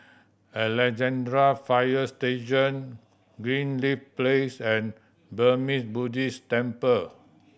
Alexandra Fire Station Greenleaf Place and Burmese Buddhist Temple